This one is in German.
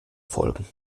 folgen